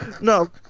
No